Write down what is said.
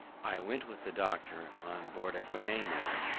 i went with the doctor on board a guinea-man,